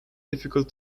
difficult